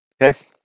Okay